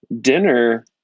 dinner